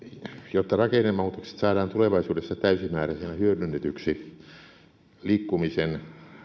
jotta rakennemuutokset saadaan tulevaisuudessa täysimääräisinä hyödynnetyksi liikkumisen